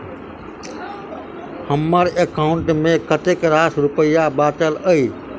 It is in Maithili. हम्मर एकाउंट मे कतेक रास रुपया बाचल अई?